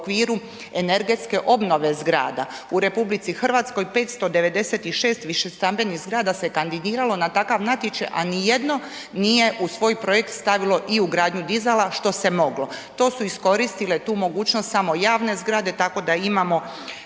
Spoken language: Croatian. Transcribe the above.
u okviru energetske obnove zgrada. U RH, 596 višestambenim zgrada se kandiralo na takav natječaj, a ni jedno nije u svoj projekt stavilo i ugradnju dizala, što se je moglo. To su iskoristile tu mogućnost samo javne zgrade, tako da imamo